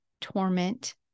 torment